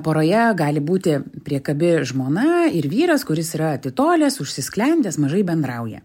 poroje gali būti priekabi žmona ir vyras kuris yra atitolęs užsisklendęs mažai bendrauja